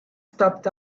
stopped